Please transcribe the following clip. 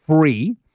free